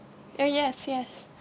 oh yes yes